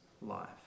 life